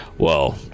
Well